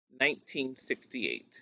1968